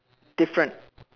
different